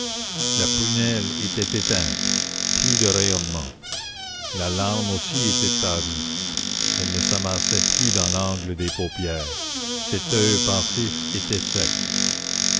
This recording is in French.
la prunelle était éteinte plus de rayonnement la larme aussi était tarie elle ne s'amassait plus dans l'angle des paupières cet oeil pensif était sec